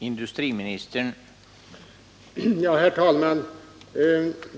Herr talman!